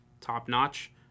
top-notch